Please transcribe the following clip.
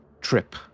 trip